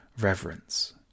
reverence